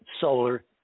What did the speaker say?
solar